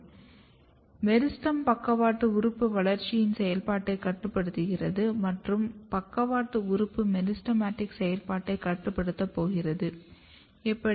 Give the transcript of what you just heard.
எனவே மெரிஸ்டெம் பக்கவாட்டு உறுப்பு வளர்ச்சியின் செயல்பாட்டைக் கட்டுப்படுத்துகிறது மற்றும் பக்கவாட்டு உறுப்பு மெரிஸ்டெமடிக் செயல்பாட்டைக் கட்டுப்படுத்தப் போகிறது எப்படி